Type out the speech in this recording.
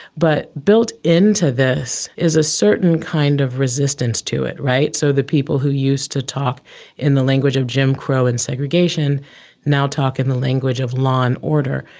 but built into this is a certain kind of resistance to it. so the people who used to talk in the language of jim crow and segregation now talk in the language of law and order.